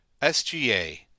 SGA